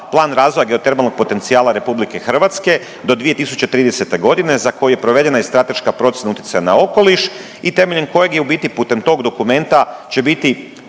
plan razvoja geotermalnog potencijala RH do 2030. godine za koji je provedena i strateška procjena utjecaja na okoliš i temeljem kojeg je u biti putem tog dokumenta će biti